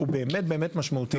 הוא באמת באמת משמעותי.